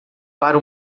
para